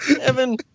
Evan